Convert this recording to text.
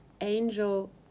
angel